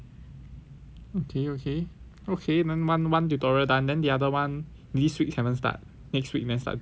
okay okay okay then one one tutorial done then the other [one] this week haven't start next week then start tutorial